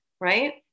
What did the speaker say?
right